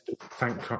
thank